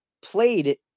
played